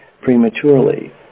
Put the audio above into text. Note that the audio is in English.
prematurely